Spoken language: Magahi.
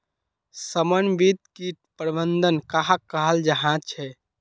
समन्वित किट प्रबंधन कहाक कहाल जाहा झे?